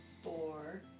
four